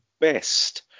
best